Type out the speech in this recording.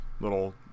little